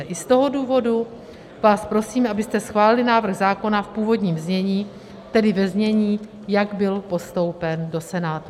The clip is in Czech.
I z toho důvodu vás prosíme, abyste schválili návrh zákona v původním znění, tedy ve znění, jak byl postoupen do Senátu.